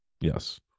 Yes